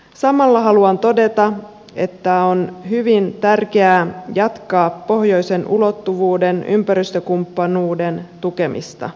samalla haluan todeta että on hyvin tärkeää jatkaa pohjoisen ulottuvuuden ympäristökumppanuuden tukemista